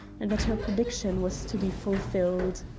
and that her prediction was to be fulfilled.